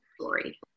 story